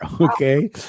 Okay